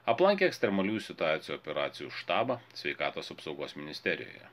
aplankė ekstremaliųjų situacijų operacijų štabą sveikatos apsaugos ministerijoje